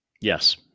Yes